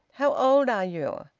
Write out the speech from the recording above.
how old are you?